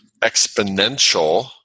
exponential